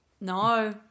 No